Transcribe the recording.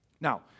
Now